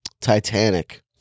Titanic